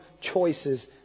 choices